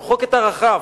למחוק את ערכיו.